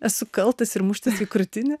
esu kaltas ir muštis į krūtinę